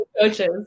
coaches